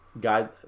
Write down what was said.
guide